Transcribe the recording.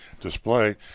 display